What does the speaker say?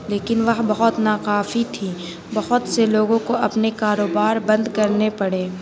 لیکن وہ بہت ناکافی تھی بہت سے لوگوں کو اپنے کاروبار بند کرنے پڑے